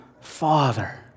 Father